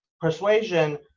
persuasion